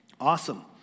awesome